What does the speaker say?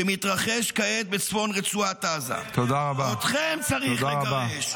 והפיכה משטרית, אותה צריך לגרש.